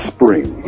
Spring